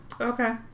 Okay